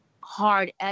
hard